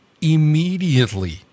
immediately